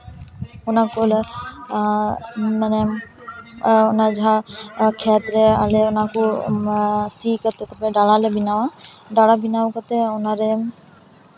ᱚᱱᱟ ᱠᱚᱞᱮ ᱢᱟᱱᱮ ᱚᱱᱟ ᱡᱟᱦᱟᱸ ᱠᱷᱮᱛᱨᱮ ᱟᱞᱮ ᱚᱱᱟ ᱠᱚ ᱥᱤ ᱠᱟᱛᱮᱫ ᱛᱟᱨᱯᱚᱨᱮ ᱰᱟᱬᱟ ᱞᱮ ᱵᱮᱱᱟᱣᱟ ᱰᱟᱬᱟ ᱵᱮᱱᱟᱣ ᱠᱟᱛᱮᱫ ᱚᱱᱟᱨᱮ